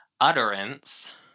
utterance